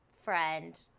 friend